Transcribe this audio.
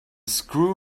screw